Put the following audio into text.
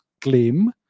claim